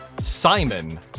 Simon